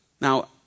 Now